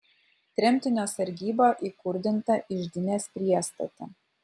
tremtinio sargyba įkurdinta iždinės priestate